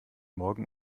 morgen